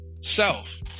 self